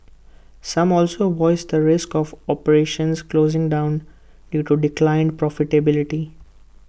some also voiced the risk of operations closing down due to declined profitability